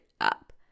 up